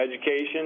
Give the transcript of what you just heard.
education